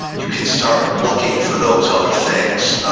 you can start looking for those other things.